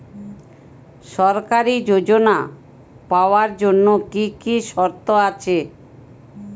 সরকারী যোজনা পাওয়ার জন্য কি কি শর্ত আছে?